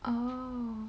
oh